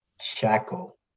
shackle